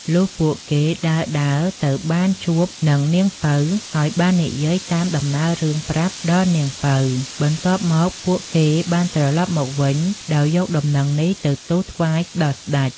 លុះពួកគេដើរៗទៅបានជួបនឹងនាងពៅ ហើយបាននិយាយតាមដំណើររឿងប្រាប់ដល់នាងពៅ បន្ទាប់មកពួកគេបានត្រឡប់មកវិញដោយយកដំណឹងនេះទៅទូលថ្វាយដល់ស្ដេច។